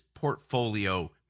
portfolio